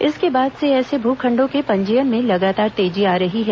इसके बाद से ऐसे भू खंडों के पंजीयन मे लगातार तेजी आ रही है